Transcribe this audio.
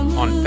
on